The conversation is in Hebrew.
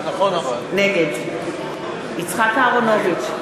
נגד יצחק אהרונוביץ,